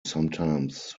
sometimes